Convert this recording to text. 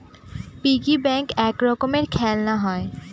piggy bank এক রকমের খেলনা হয়